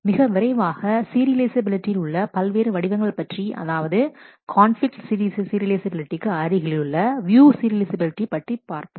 மிக விரைவாக சீரியலைஃசபிலிட்டியில் உள்ள பல்வேறு வடிவங்களைப் பற்றி அதாவது கான்பிலிக்ட் சீரியலைஃசபிலிட்டிலுக்கு அருகிலுள்ள வியூ சீரியலைஃசபிலிட்டி பற்றி பார்ப்போம்